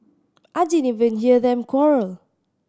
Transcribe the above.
I didn't even hear them quarrel